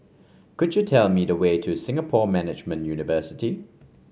could you tell me the way to Singapore Management University